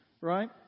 right